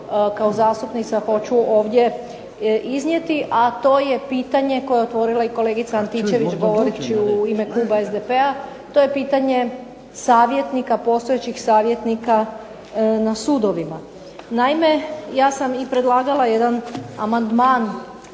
kao zastupnica hoću ovdje iznijeti, a to je pitanje koje je otvorila i kolegica Antičević govoreći u ime kluba SDP-a, to je pitanje savjetnika, postojećih savjetnika na sudovima. Naime, ja sam i predlagala jedan amandman